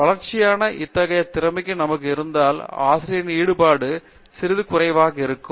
வளர்ச்சியுடனான இத்தகைய திறமை நமக்கு இருந்தால் ஆசிரியரின் ஈடுபாடு சிறிது குறைவாக இருக்கும்